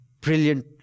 brilliant